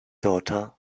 daughter